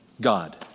God